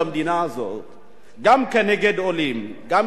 גם נגד עולים, גם נגד מיעוטים, במדינת ישראל,